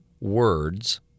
words